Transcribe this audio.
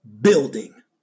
building